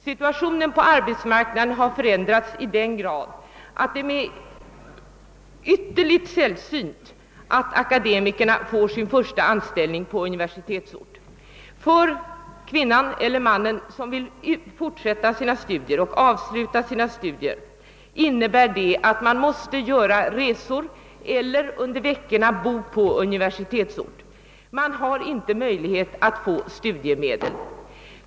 Situationen på arbetsmarknaden har förändrats i den grad att det är ytterligt sällsynt att akademiker får sin första anställning på universitetsorten. För kvinnan eller mannen som vill fortsätta och avsluta sina studier innebär det att man måste göra resor under veckorna till universitetsorten. Man har inte möjlighet att få studiemedel.